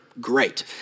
great